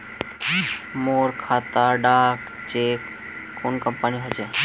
मोर खाता डा चेक क्यानी होचए?